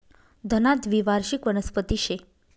धना द्वीवार्षिक वनस्पती शे